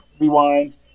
rewinds